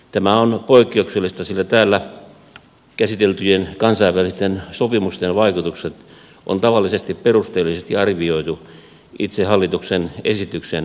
tämä on poikkeuksellista sillä täällä käsiteltyjen kansainvälisten sopimusten vaikutukset on tavallisesti perusteellisesti arvioitu itse hallituksen esityksen perusteluissa